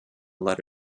let